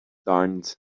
darned